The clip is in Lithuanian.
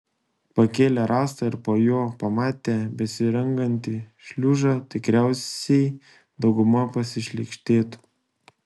pakėlę rąstą ir po juo pamatę besirangantį šliužą tikriausiai dauguma pasišlykštėtų